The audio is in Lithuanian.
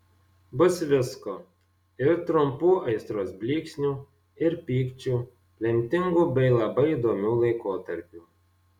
bus visko ir trumpų aistros blyksnių ir pykčių lemtingų bei labai įdomių laikotarpių